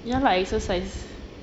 ya lah exercise